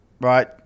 right